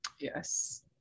Yes